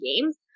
games